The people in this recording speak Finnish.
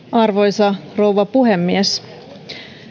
arvoisa rouva puhemies